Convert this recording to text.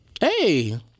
Hey